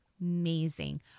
Amazing